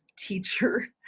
teacher